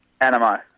Animo